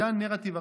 זה הנרטיב הראשון.